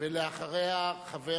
ואחריה, חבר